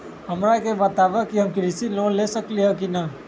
हमरा के बताव कि हम कृषि लोन ले सकेली की न?